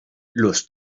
los